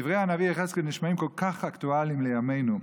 דברי הנביא יחזקאל נשמעים כל כך אקטואליים לימינו.